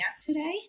today